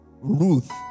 Ruth